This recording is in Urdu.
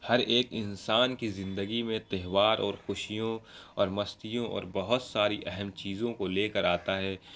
ہر ایک انسان کی زندگی میں تہوار اور خوشیوں اور مستیوں اور بہت ساری اہم چیزوں کو لے کر آتا ہے